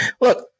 Look